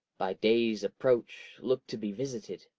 by day's approach look to be visited.